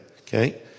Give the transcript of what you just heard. okay